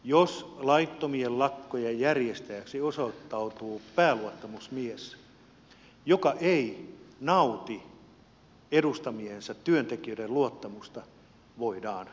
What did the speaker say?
jos laittomien lakkojen järjestäjäksi osoittautuu pääluottamusmies joka ei nauti edustamiensa työntekijöiden luottamusta voidaan työsuhde purkaa